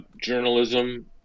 journalism